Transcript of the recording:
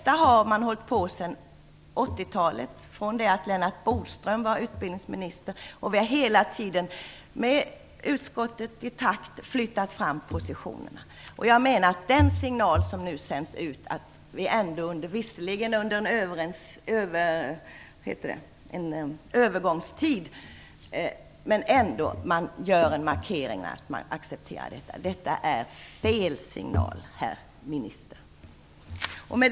Man har hållit på med detta sedan 80 talet, alltsedan Lennart Bodström var utbildningsminister, och man har hela tiden - med utskottet i takt med utvecklingen - flyttat fram positionerna. Jag menar att den markering som nu görs av att man, visserligen under en övergångstid, accepterar detta är fel signal, herr minister. Fru talman!